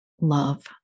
love